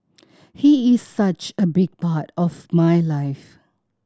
he is such a big part of my life